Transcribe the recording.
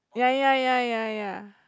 ya ya ya ya ya